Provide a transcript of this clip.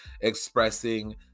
expressing